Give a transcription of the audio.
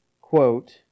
quote